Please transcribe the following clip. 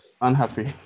unhappy